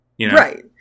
Right